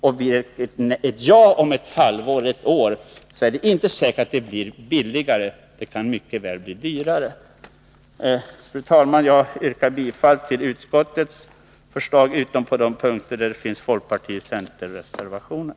Blir det ett ja om ett halvår eller ett år är det inte säkert att det blir billigare — det kan mycket väl bli dyrare. Fru talman! Jag yrkar bifall till utskottets förslag utom på de punkter där det finns folkpartioch centerreservationer.